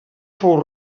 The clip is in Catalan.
fou